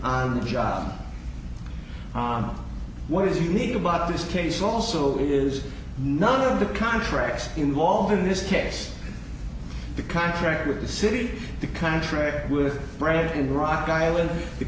on the job on what is unique about this case also it is none of the contracts involved in this case the contract with the city the contract with brad in rock island the